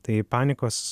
tai panikos